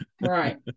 Right